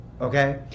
okay